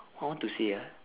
what I want to say ah